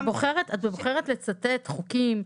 את בוחרת לצטט חוקים,